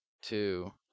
two